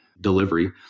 delivery